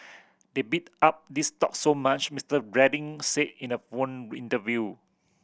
they bid up these stocks so much Mister Reading said in a phone interview